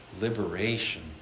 liberation